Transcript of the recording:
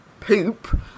poop